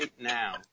now